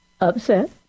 upset